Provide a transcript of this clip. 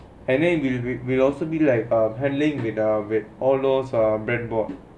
and then we we will also be like ah handling with ah all those ah bread board